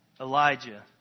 Elijah